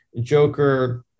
Joker